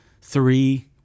three